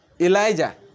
Elijah